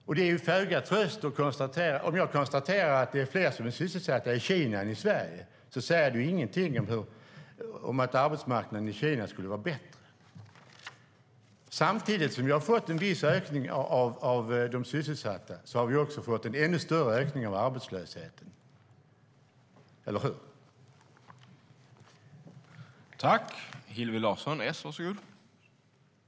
Och om jag konstaterar att det är fler som är sysselsatta i Kina än i Sverige säger det ingenting om att arbetsmarknaden i Kina skulle vara bättre. Samtidigt som vi har fått en viss ökning av de sysselsatta har vi fått en ännu större ökning av arbetslösheten - eller hur?